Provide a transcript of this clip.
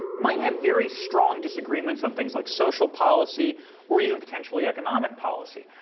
might have very strong disagreements on things like social policy or even potentially economic policy.